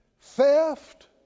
theft